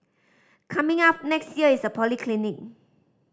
coming up next year is a polyclinic